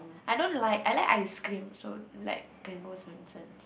I don't like I like ice cream so like can go Swensen's